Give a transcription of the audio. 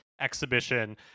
exhibition